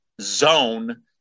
zone